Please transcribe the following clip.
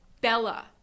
bella